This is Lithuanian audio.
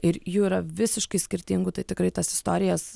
ir jų yra visiškai skirtingų tai tikrai tas istorijas